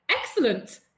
excellent